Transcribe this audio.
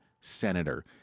senator